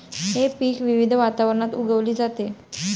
हे पीक विविध वातावरणात उगवली जाते